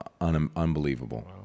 unbelievable